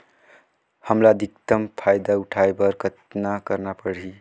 हमला अधिकतम फायदा उठाय बर कतना करना परही?